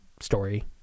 story